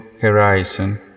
horizon